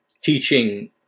teaching